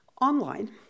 online